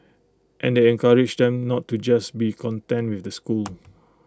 and encourage them not to just be content with the school